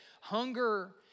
hunger